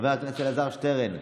חבר הכנסת אלעזר שטרן,